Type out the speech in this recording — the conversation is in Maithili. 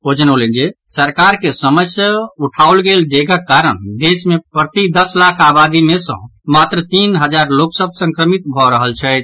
ओ जनौलनि जे सरकार के समय सँ उठाओल गेल डेगक कारण देश मे प्रति दस लाख आबादी मे सँ मात्र तीन हजार लोक सभ संक्रमित भऽ रहल छथि